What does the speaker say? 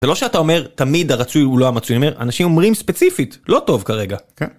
זה לא שאתה אומר, תמיד הרצוי הוא לא המצוי, אני אומר, אנשים אומרים ספציפית, לא טוב כרגע.